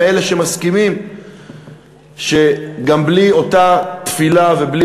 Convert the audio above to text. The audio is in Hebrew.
מאלה שמסכימים שגם בלי אותה תפילה ובלי